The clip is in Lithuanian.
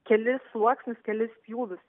kelis sluoksnius kelis pjūvius